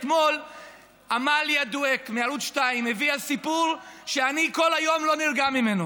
אתמול עמליה דואק מערוץ 2 הביאה סיפור שאני כל היום לא נרגע ממנו.